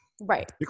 Right